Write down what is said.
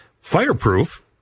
fireproof